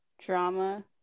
drama